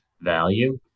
value